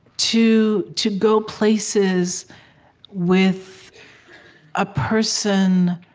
to to go places with a person